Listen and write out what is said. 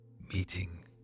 meeting